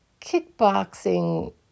kickboxing